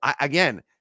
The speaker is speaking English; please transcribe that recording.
again